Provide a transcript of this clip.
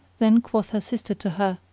then quoth her sister to her,